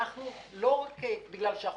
לא רק בגלל החוק,